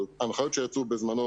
ההנחיות שיצאו בזמנו,